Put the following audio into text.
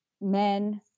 men